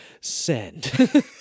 Send